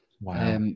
Wow